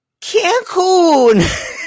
Cancun